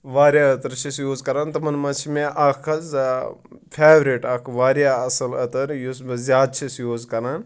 واریاہ أتٕر چھِ أسۍ یوٗز کَران تِمَن منٛز چھِ مےٚ اَکھ حظ فیورِٹ اَکھ واریاہ اَصٕل أتٕر یُس بہٕ زیادٕ چھُس یوٗز کَران